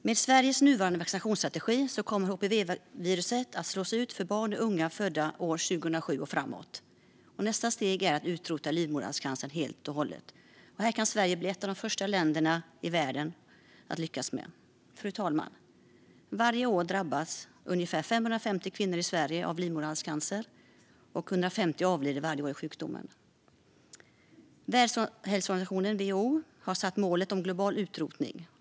Med Sveriges nuvarande vaccinationsstrategi kommer HPV-viruset att slås ut för barn och unga födda 2007 och framåt. Nästa steg är att utrota livmoderhalscancer helt och hållet. Här kan Sverige bli ett av de första länderna i världen att lyckas. Fru talman! Varje år drabbas ungefär 550 kvinnor i Sverige av livmoderhalscancer, och 150 avlider varje år i sjukdomen. Världshälsoorganisationen WHO har satt målet om global utrotning.